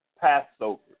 Passover